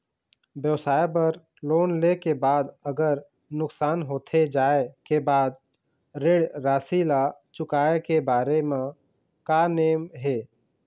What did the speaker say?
व्यवसाय बर लोन ले के बाद अगर नुकसान होथे जाय के बाद ऋण राशि ला चुकाए के बारे म का नेम हे?